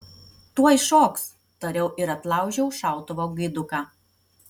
tuoj šoks tariau ir atlaužiau šautuvo gaiduką